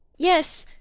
yes,